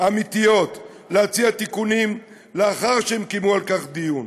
האמיתיות להציע תיקונים לאחר שהתקיים על כך דיון.